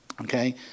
Okay